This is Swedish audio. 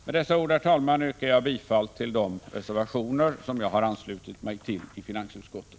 Med dessa ord, herr talman, yrkar jag bifall till de reservationer som jag har anslutit mig till i finansutskottet.